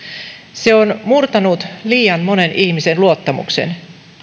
se on murtanut liian monen ihmisen luottamuksen